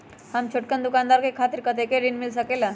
हम छोटकन दुकानदार के खातीर कतेक ऋण मिल सकेला?